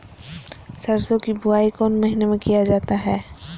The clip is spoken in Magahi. सरसो की बोआई कौन महीने में किया जाता है?